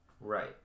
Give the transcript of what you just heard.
Right